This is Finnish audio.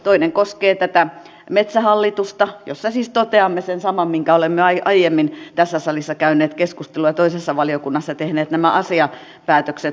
toinen koskee tätä metsähallitusta josta siis toteamme sen saman mistä olemme aiemmin tässä salissa käyneet keskustelua ja toisessa valiokunnassa tehneet nämä asiapäätökset